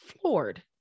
floored